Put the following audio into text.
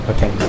Okay